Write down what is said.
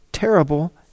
Terrible